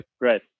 Great